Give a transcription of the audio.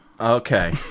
Okay